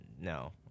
no